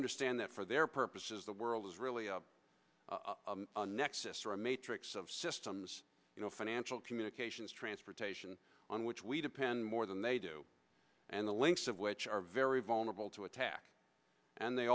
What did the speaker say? understand that for their purposes the world is really a nexus or a matrix of systems you know financial communications transportation on which we depend more than they do and the links of which are very vulnerable to attack and they